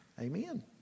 Amen